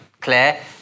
Claire